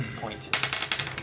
point